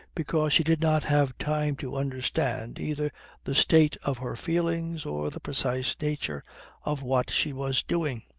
because she did not have time to understand either the state of her feelings, or the precise nature of what she was doing.